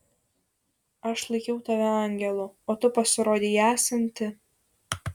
aš laikiau tave angelu o tu pasirodei esanti